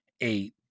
eight